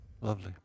Lovely